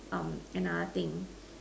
um another thing